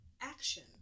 action